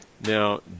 Now